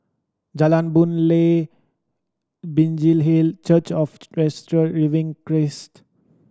Jalan Boon Lay Binjai Hill Church of the Resurrected Living Christ